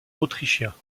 autrichiens